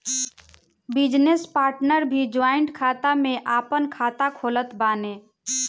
business partner भी joint खाता में आपन खाता खोलत बाने